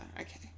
Okay